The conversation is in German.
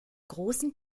großen